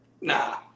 Nah